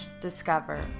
discover